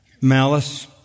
malice